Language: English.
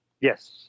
Yes